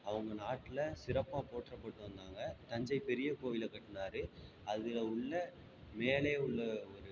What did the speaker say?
அவங்க நாட்டில் சிறப்பாக போற்றப்பட்டு வந்தாங்க தஞ்சைப் பெரிய கோவிலை கட்டினாரு அதில் உள்ள மேலே உள்ள ஒரு